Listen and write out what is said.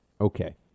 Okay